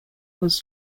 was